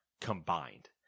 combined